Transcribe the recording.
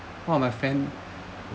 one of my friend